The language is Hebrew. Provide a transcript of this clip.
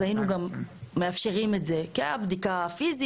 אז היינו גם מאפשרים את זה כי היה בדיקה פיזית.